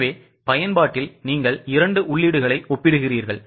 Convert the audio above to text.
எனவே பயன்பாட்டில் நீங்கள் 2 உள்ளீடுகளை ஒப்பிடுகிறீர்கள்